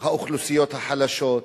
האוכלוסיות החלשות,